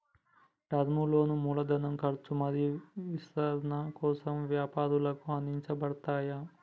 term లోన్లు మూలధన ఖర్చు మరియు విస్తరణ కోసం వ్యాపారాలకు అందించబడతయ్